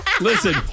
Listen